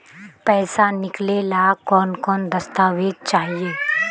पैसा निकले ला कौन कौन दस्तावेज चाहिए?